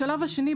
בשלב השני,